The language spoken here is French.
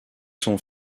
son